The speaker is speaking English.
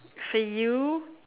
so you